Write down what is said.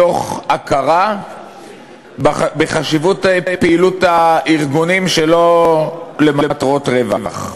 מתוך הכרה בחשיבות פעילות הארגונים שלא למטרות רווח.